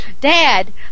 Dad